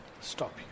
Stop